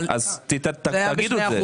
אז תגיד את זה.